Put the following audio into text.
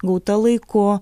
gauta laiku